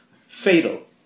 Fatal